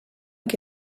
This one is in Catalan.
que